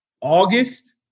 August